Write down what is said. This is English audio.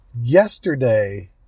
yesterday